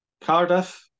Cardiff